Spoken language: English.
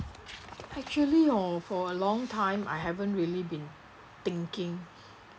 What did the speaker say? actually hor for a long time I haven't really been thinking